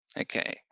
Okay